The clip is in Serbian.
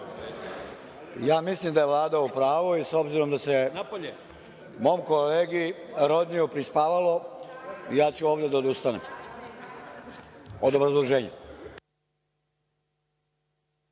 Mislim da je Vlada u pravu i s obzirom da se mom kolegi Rodniju prispavalo, ja ću ovde da odustanem od obrazloženja.